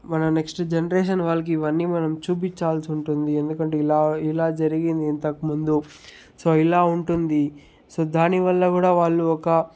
మన next generation వాళ్ళకి ఇవన్నీ మనం చూపించాల్సి ఉంటుంది ఎందుకంటే ఇలా ఇలా జరిగింది ఇంతకుముందు సో ఇలా ఉంటుంది సో దాని వల్ల కూడా వాళ్ళు ఒక